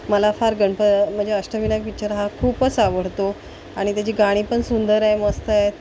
मला फार गणप म्हणजे अष्टविनायक पिच्चर हा खूपच आवडतो आणि त्याची गाणी पण सुंदर आहे मस्त आहे